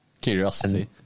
curiosity